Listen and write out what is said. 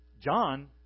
John